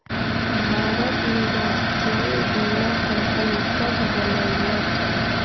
भारत में राष्ट्रीय बीमा कंपनी कब बनलइ?